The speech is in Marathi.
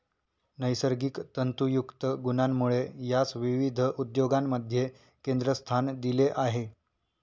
नैसर्गिक तंतुयुक्त गुणांमुळे यास विविध उद्योगांमध्ये केंद्रस्थान दिले आहे